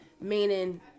Meaning